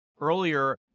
earlier